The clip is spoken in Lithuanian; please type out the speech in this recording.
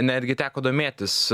netgi teko domėtis